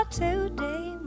today